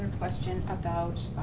question about